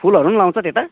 फुलहरू पनि लाउँछ त्यता